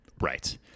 Right